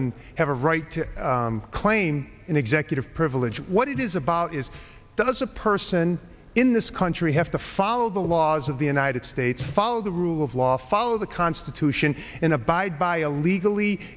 and have a right to claim executive privilege what it is about is does a person in this country have to follow the laws of the united states follow the rule of law follow the constitution and abide by a legally